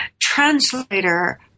translator